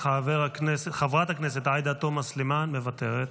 חברת הכנסת עאידה תומא סלימאן, מוותרת,